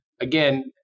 again